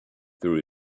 through